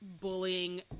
bullying